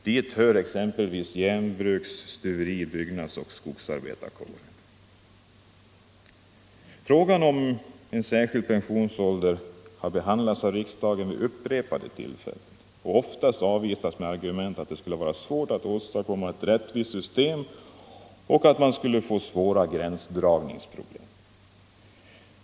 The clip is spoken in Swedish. Dit hör exempelvis järnbruks-, stuveri-, byggnadsoch skogsarbetarkårerna. Frågan om en särskild pensionsålder har behandlats av riksdagen vid upprepade tillfällen, och kraven har oftast avvisats med argumenten att det skulle vara svårt att åstadkomma ett rättvist system och att man skulle få svåra gränsdragningsproblem.